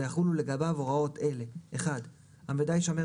ויחולו לגביו הוראות אלה: (1)המידע יישמר